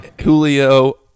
Julio